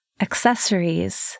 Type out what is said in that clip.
accessories